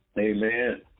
Amen